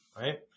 right